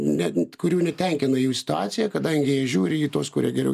ne kurių netenkina jų situacija kadangi jie žiūri į tuos kurie geriau